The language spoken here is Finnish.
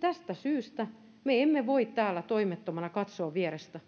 tästä syystä me emme voi täällä toimettomina katsoa vierestä